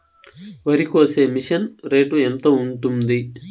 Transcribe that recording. వరికోసే machine rate ఎంత ఉంటుంది?